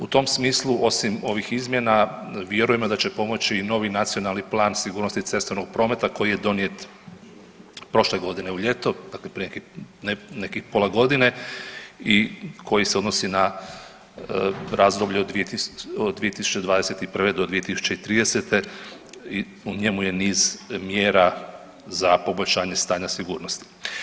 U tom smislu osim ovih izmjena vjerujemo da će pomoći i novi Nacionalni plan sigurnosti cestovnog prometa koji je donijet prošle godine u ljeto, dakle prije nekih pola godine i koji se odnosi na razdoblje od 2021. do 2030. i u njemu je niz mjera za poboljšanje stanja sigurnosti.